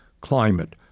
climate